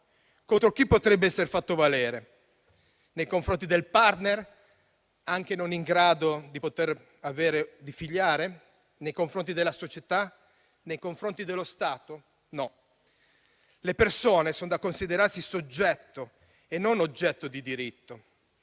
Contro chi potrebbe esser fatto valere: nei confronti del *partner*, anche non in grado di figliare, nei confronti della società o nei confronti dello Stato? No, le persone sono da considerarsi soggetto e non oggetto di diritto.